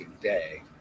day